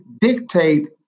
dictate